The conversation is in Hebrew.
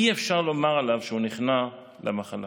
אי-אפשר לומר עליו שהוא נכנע למחלה.